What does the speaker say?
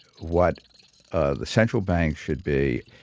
what ah the central banks should be,